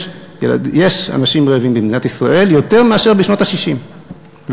יש אנשים רעבים במדינת ישראל יותר מאשר בשנות ה-60 וה-70,